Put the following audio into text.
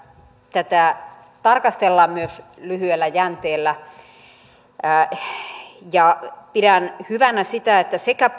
tätä tarkastellaan myös lyhyellä jänteellä pidän hyvänä sitä että sekä